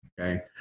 Okay